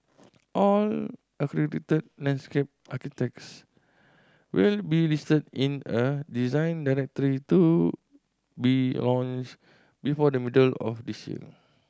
all accredited landscape architects will be listed in a Design Directory to be launched before the middle of this year